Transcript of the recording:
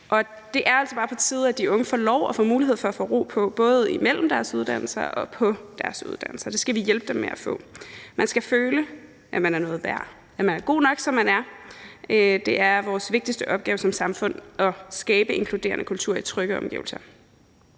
Det er altså bare på tide, at de unge får lov til at få ro på, både imellem deres uddannelser og på deres uddannelser, og det skal vi hjælpe dem med at få. Man skal føle, at man er noget værd, at man er god nok, som man er. Det er vores vigtigste opgave som samfund at skabe en inkluderende kultur i trygge omgivelser.